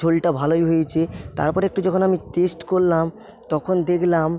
ঝোলটা ভালোই হয়েছে তারপর একটু যখন আমি টেস্ট করলাম তখন দেখলাম